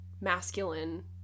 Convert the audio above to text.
masculine